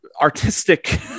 artistic